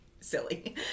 silly